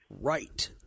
right